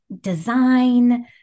design